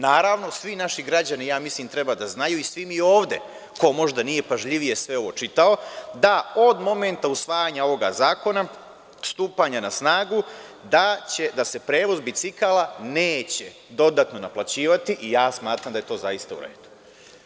Naravno, svi naši građani treba da znaju i svi mi ovde, ko možda nije pažljivije sve ovo čitao, da od momenta usvajanja ovog zakona, stupanja na snagu, da se prevoz bicikala neće dodatno naplaćivati i ja smatram da je to zaista u redu.